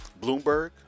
Bloomberg